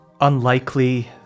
unlikely